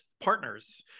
partners